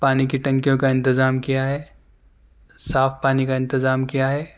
پانی کی ٹنکیوں کا انتظام کیا ہے صاف پانی کا انتظام کیا ہے